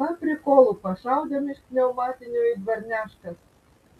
paprikolu pašaudėm iš pniaumatinio į dvarneškas